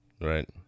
Right